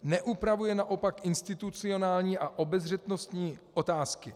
Neupravuje naopak institucionální a obezřetnostní otázky.